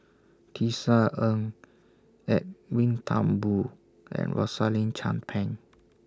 Tisa Ng Edwin Thumboo and Rosaline Chan Pang